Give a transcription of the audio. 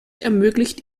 ermöglicht